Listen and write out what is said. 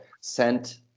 sent